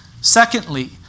Secondly